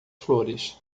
flores